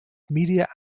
media